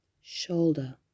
shoulder